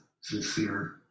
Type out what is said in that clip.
sincere